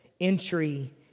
entry